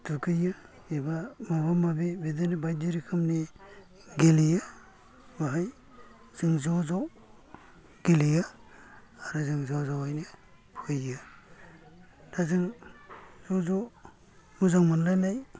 दुगैयो एबा माबा माबि बिदिनो बायदि रोखोमनि गेलेयो बाहाय जों ज' ज' गेलेयो आरो जों ज' जयैनो फैयो दा जों ज' ज' मोजां मोनलायनाय